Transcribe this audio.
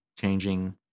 changing